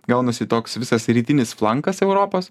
gaunasi toks visas rytinis flangas europos